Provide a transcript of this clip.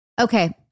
Okay